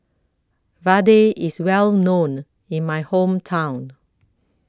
Vadai IS Well known in My Hometown